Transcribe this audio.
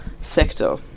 sector